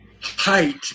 height